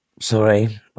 sorry